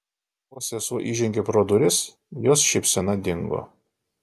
vos sesuo įžengė pro duris jos šypsena dingo